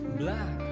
black